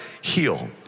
heal